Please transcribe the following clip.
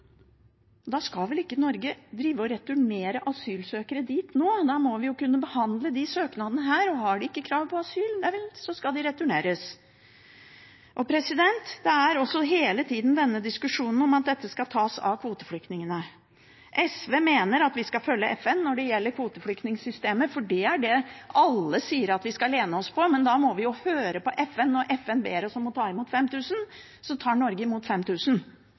returnere asylsøkere dit nå? Da må vi jo kunne behandle de søknadene her. Og har de ikke krav på asyl, nei vel, så skal de returneres. Det er også hele tida denne diskusjonen om at dette skal tas av kvoteflyktningene. SV mener at vi skal følge FN når det gjelder kvoteflyktningsystemet, for det er det alle sier at vi skal støtte oss på, men da må vi jo høre på FN. Når FN ber oss om å ta imot 5 000, tar Norge imot